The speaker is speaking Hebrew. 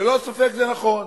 ללא ספק זה נכון.